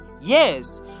yes